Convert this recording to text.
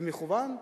במכוון,